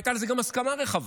והייתה לזה גם הסכמה רחבה.